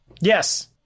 yes